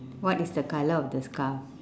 what is the colour of the scarf